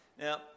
Now